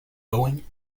going